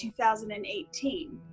2018